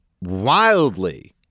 wildly